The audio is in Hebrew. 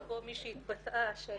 מדורג.